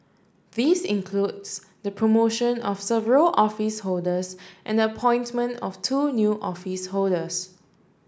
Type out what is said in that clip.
this includes the promotion of several office holders and the appointment of two new office holders